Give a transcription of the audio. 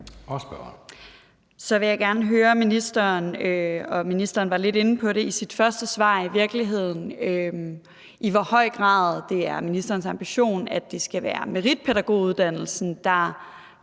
(SF): Så vil jeg gerne høre ministeren – ministeren var lidt inde på det i sit første svar – i hvor høj grad det er ministerens ambition, at det skal være meritpædagoguddannelsen, der